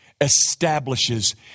establishes